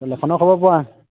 অঁ লেশনৰ খবৰ পোৱা